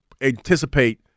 anticipate